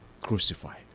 crucified